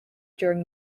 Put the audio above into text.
during